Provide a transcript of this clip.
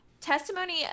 Testimony